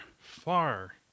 far-